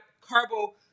carbo